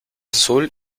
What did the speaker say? azul